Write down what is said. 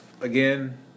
Again